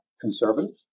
conservative